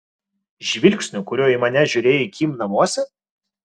žvilgsniu kuriuo į mane žiūrėjai kim namuose